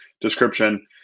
description